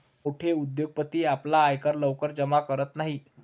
मोठे उद्योगपती आपला आयकर लवकर जमा करत नाहीत